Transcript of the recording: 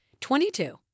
22